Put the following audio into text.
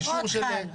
אלוף.